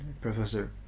professor